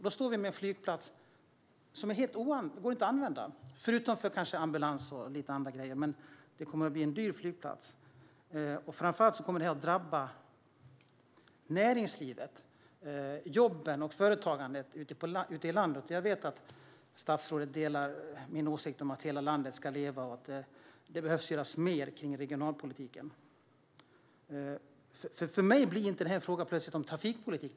Då står vi med en flygplats som inte går att använda förutom kanske för ambulans och lite andra grejer. Det kommer att bli en dyr flygplats. Framför allt kommer det att drabba näringslivet, jobben och företagandet ute i landet. Jag vet att statsrådet delar min åsikt att hela landet ska leva och att det behöver göras mer i regionalpolitiken. För mig blir detta plötsligt inte en fråga om trafikpolitik.